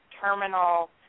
terminal